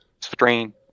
strain